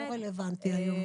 לא רלוונטי היום.